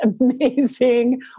amazing